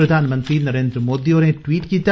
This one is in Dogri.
प्रधानमंत्री नरेन्द्र मोदी होरें ट्वीट कीता